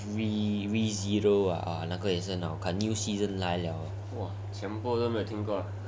wee wee zero ah a'ah 那个也是很好看